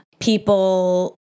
People